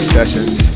Sessions